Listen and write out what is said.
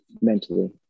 mentally